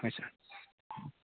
ꯍꯣꯏ ꯁꯥꯔ